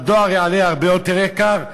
והדואר יהיה הרבה יותר יקר,